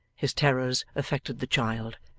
his terrors affected the child.